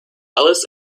ellis